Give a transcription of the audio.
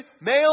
male